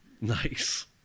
Nice